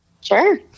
sure